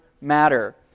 matter